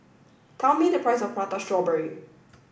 tell me the price of Prata Strawberry